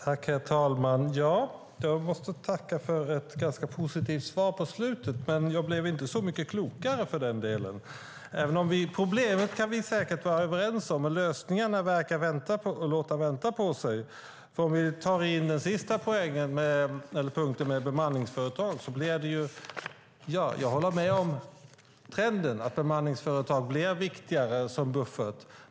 Herr talman! Jag måste tacka för ett ganska positivt svar på slutet, men jag blev inte så mycket klokare för den delen. Vad som är problemet kan vi säkert vara överens om, men lösningarna verkar låta vänta på sig. När det gäller den sista punkten om bemanningsföretag håller jag med om trenden att bemanningsföretag blir viktigare som buffert.